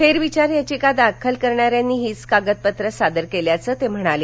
फेरविचार याचिका दाखल करणाऱ्यांनीच हीच कागदपत्र सादर केल्याचं ते म्हणाले